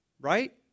Right